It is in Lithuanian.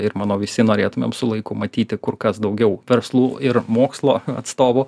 ir manau visi norėtumėm su laiku matyti kur kas daugiau verslų ir mokslo atstovų